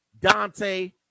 Dante